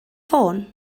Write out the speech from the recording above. ffôn